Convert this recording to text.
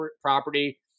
property